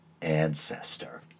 ancestor